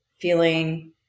feeling